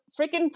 freaking